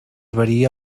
varia